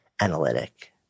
analytic